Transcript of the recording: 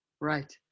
Right